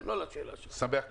שמח לשמוע.